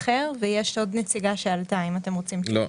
הבט"פ, השלישי, בסוף לא?